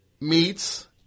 meets